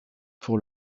pour